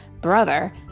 Brother